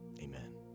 Amen